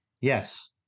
yes